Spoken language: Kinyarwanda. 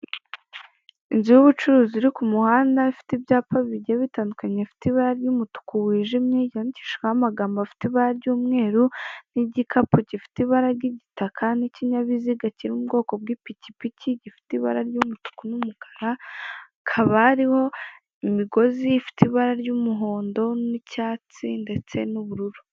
Inzu y'ubucuruzi iri ku muhanda ifite ibyapa bigiye bitandukanye bifite ibara ry'umutuku wijimye ryandikishijweho amagambo afite ibara ry'umweru n'igikapu gifite ibara ry'igitaka n'ikinyabiziga kiri mu bwoko bw'ipikipi gifite ibara ry'umutuku n'umukara hakaba hariho imigozi ifite ibara ry'umuhondo n'icyatsi ndetse n'ubururu.